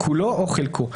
כולו או חלקו,